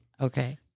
okay